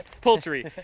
Poultry